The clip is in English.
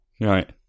Right